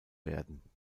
werden